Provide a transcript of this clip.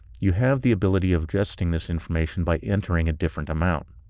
you have the ability of adjusting this information by entering a different amount.